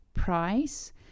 price